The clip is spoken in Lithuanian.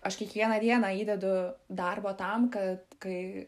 aš kiekvieną dieną įdedu darbo tam kad kai